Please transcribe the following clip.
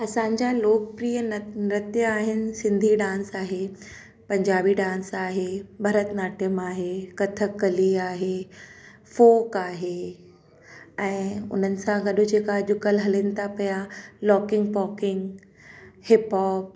असांजा लोकप्रिय नत नृत्य आहिनि सिंधी डांस आहे पंजाबी डांंस आहे भरतनाट्यम आहे कथककली आहे फोक आहे ऐं उन्हनि सां गॾु जेको अॼुकल्ह हलनि था पिया लॉकिंग पॉकिंग हिपहॉप